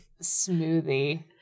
smoothie